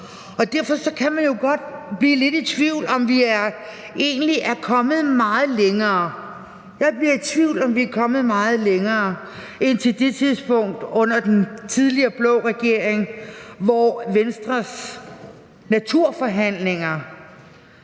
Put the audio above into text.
Derfor kan man jo godt blive lidt i tvivl om, om vi egentlig er kommet meget længere. Jeg bliver i tvivl om, om vi er kommet meget længere end til det tidspunkt under den tidligere blå regering, hvor Venstres naturforhandlinger